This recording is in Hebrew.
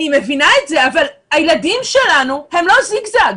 אני מבינה את זה, אבל הילדים שלנו הם לא זיגזג.